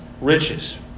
riches